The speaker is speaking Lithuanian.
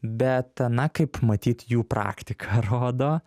bet a na kaip matyt jų praktika rodo